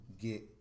get